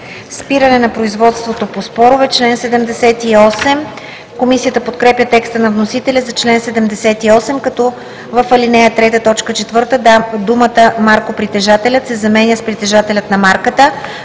Спиране на производството по спорове“. Комисията подкрепя текста на вносителя за чл. 78, като в ал. 3, т. 4 думата „маркопритежателят“ се заменя с „притежателят на марката“,